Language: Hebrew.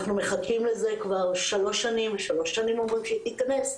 אנחנו מחכים לזה כבר שלוש שנים ושלוש שנים אומרים שיכנס,